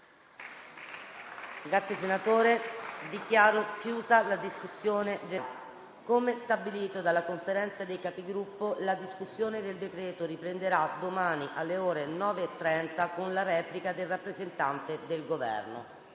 finestra"). Dichiaro chiusa la discussione generale. Come stabilito dalla Conferenza dei Capigruppo, la discussione del provvedimento riprenderà domani alle ore 9,30 con la replica del rappresentante del Governo.